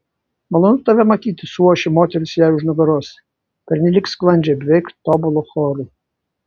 malonu tave matyti suošė moterys jai už nugaros pernelyg sklandžiai beveik tobulu choru